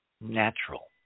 natural